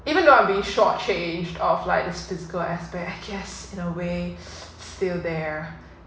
even though I'm being short changed of like physical aspect I guess in a way still there